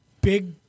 big